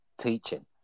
teaching